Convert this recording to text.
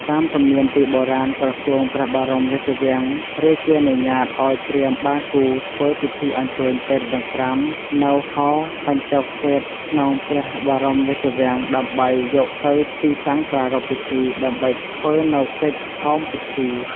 តាមទំនៀមពីបុរាណ ក្រសួងព្រះបរមរាជវាំងរាជានុញាត ឱ្យព្រាហ្មណ៍បាគូ ធ្វើពិធីអញ្ជើញទេពទាំង ៥ នៅ ហោបញ្ចាក្សេត្រ ក្នុងព្រះបរមរាជវាំង ដើម្បីយកទៅទីតាំងប្រារព្ធពិធី ដើម្បីធ្វើនៅកិច្ច "ហោមពិធី" ។